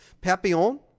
papillon